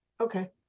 Okay